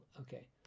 Okay